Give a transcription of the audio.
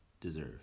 deserve